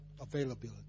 availability